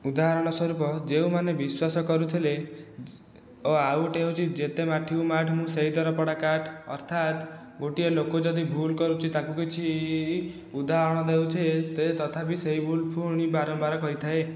ଉଦାହରଣ ସ୍ୱରୂପ ଯେଉଁମାନେ ବିଶ୍ୱାସ କରୁଥିଲେ ଓ ଆଉ ଗୋଟିଏ ହେଉଛି ଯେତେ ମାଠିବୁ ମାଠ୍ ମୁଁ ସେଇ ଦର ପୋଡ଼ା କାଠ୍ ଅର୍ଥାତ ଗୋଟିଏ ଲୋକ ଯଦି ଭୁଲ କରୁଛି ତାକୁ କିଛି ଉଦାହରଣ ଦେଉଛେ ସେ ତଥାପି ସେଇ ଭୁଲ ପୁଣି ବାରମ୍ବାର କରିଥାଏ